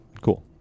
Cool